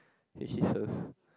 hisses